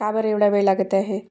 का बरं एवढा वेळ लागत आहे